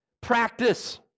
Practice